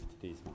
today's